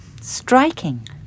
Striking